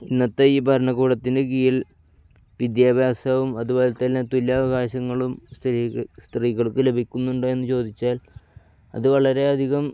ഇന്നത്തെ ഈ ഭരണകൂടത്തിൻ്റെ കീഴിൽ വിദ്യാഭ്യാസവും അതുപോലെത്തന്നെ തുല്യാവകാശങ്ങളും സ്ത്രീ സ്ത്രീകൾക്ക് ലഭിക്കുന്നുണ്ടോ എന്ന് ചോദിച്ചാൽ അത് വളരെയധികം